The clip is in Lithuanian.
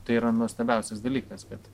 tai yra nuostabiausias dalykas bet